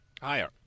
Higher